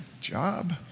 job